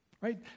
Right